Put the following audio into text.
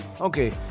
okay